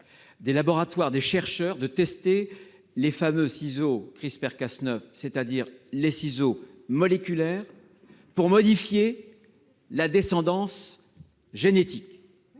désir des chercheurs de tester les fameux ciseaux CRISPR-Cas9, ou ciseaux moléculaires, pour modifier la descendance génétique.